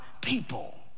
people